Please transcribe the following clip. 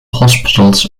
hospitals